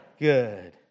Good